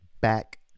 back